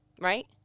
right